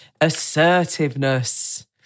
assertiveness